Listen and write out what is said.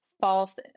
false